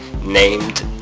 named